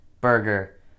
burger